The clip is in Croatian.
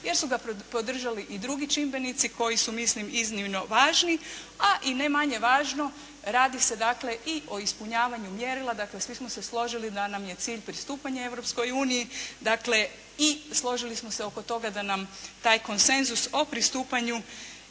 jer su ga podržali i drugi čimbenici koji su mislim, iznimno važni. A i ne manje važno, radi se dakle i o ispunjavanju mjerila dakle, svi smo se složili da nam je cilj pristupanje Europskoj uniji. Dakle i složili smo se oko toga da nam taj konsenzus o pristupanju